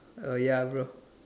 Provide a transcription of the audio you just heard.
uh ya bro